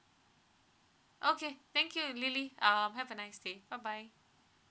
okay thank you lily um have a nice day bye bye